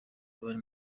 abari